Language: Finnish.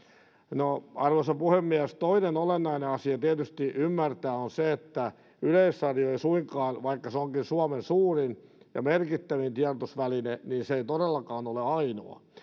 arvoisa puhemies toinen olennainen asia ymmärtää on tietysti se että yleisradio vaikka se onkin suomen suurin ja merkittävin tiedotusväline ei suinkaan ole ainoa